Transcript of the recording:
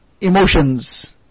emotions